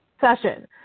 session